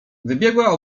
wybiegła